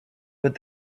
with